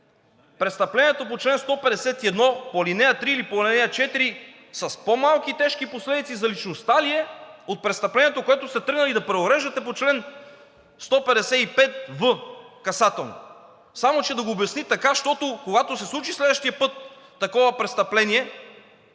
престъплението по чл. 151, ал. 3 или по ал. 4 с по-малки и тежки последици за личността ли е от престъплението, което сте тръгнали да преуреждате по чл. 155в касателно? Само че да го обясни така, щото, когато се случи следващия път такова престъпление